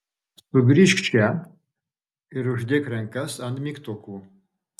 sugrįžk čia ir uždėk rankas ant mygtukų